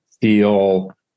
feel